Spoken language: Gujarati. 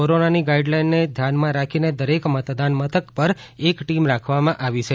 કોરોનાની ગાઈડલાઈનને ધ્યાનમાં રાખી દરેક મતદાન મથક પર એલ ટીમ રાખવામાં આવી છે